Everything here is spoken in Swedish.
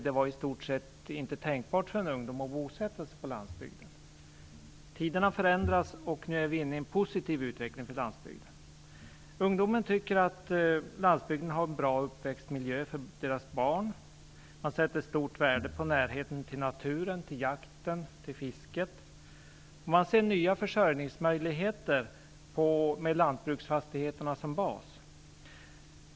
Det var i stort sett inte tänkbart för en ung människa att bosätta sig på landsbygden. Men tiderna förändras. Nu är vi inne i en tid av positiv utveckling för landsbygden. Ungdomen tycker att landsbygden är en god uppväxtmiljö för deras barn. Man sätter stort värde på närheten till naturen, till jakten och till fisket. Man ser nya försörjningsmöjligheter med lantbruksfastigheterna som bas.